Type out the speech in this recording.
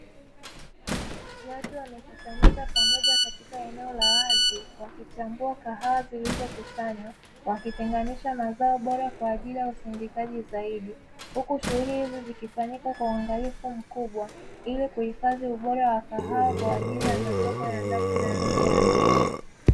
Watu wamekusanyika pamoja katika eneo la wazi, wakichambua kahawa zilizokusanywa, wakitenganisha mazao bora kwa ajili ya uzindikaji zaidi, huku shughuli hizi zikifanyika kwa uangalifu mkubwa ili kuihifadhi ubora wa kahawa kwa ajili ya masoko ya ndani na nje ya nchi.